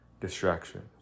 distractions